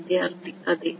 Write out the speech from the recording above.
വിദ്യാർത്ഥിഅതെ